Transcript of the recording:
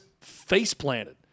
face-planted